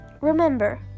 remember